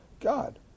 God